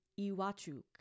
Iwachu